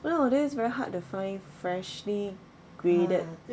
nowadays very hard to find freshly graded